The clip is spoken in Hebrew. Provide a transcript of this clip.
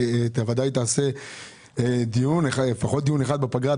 בוודאי תקיים לפחות דיון אחד בפגרה.